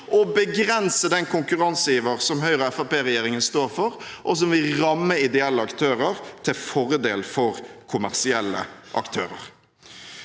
og begrense den konkurranseiver som Høyre–Fremskrittsparti-regjeringen står for, som vil ramme ideelle aktører til fordel for kommersielle aktører.